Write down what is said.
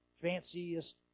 fanciest